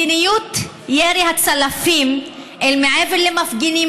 מדיניות ירי הצלפים אל עבר מפגינים